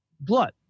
blood